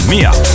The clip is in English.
Mia